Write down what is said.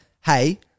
hey